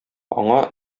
аңа